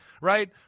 right